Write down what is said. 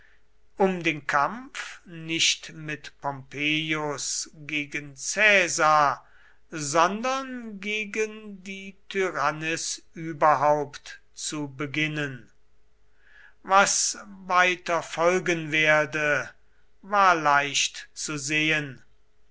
um den kampf nicht mit pompeius gegen caesar sondern gegen die tyrannis überhaupt zu beginnen was weiter folgen werde war leicht zu sehen